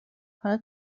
حالا